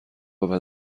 رابه